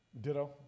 Ditto